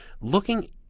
looking